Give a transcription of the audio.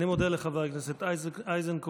אני מודה לחבר הכנסת איזנקוט.